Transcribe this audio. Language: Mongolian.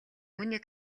үүний